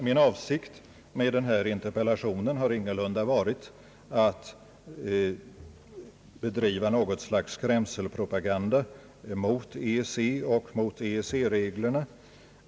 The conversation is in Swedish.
Min avsikt med interpellationen har ingalunda varit att bedriva något slags skrämselpropaganda mot EEC och mot EEC-reglerna.